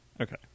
Okay